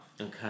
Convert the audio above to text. Okay